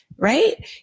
Right